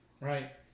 right